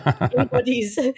everybody's